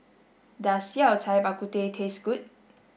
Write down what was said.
does Yao Cai Bak Kut Teh taste good